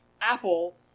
Apple